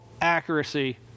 accuracy